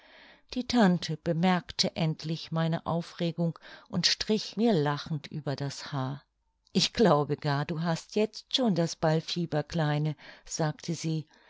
die tante bemerkte endlich meine aufregung und strich mir lachend über das haar ich glaube gar du hast jetzt schon das ballfieber kleine sagte sie